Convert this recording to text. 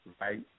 Right